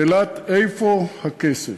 שאלת "איפה הכסף?"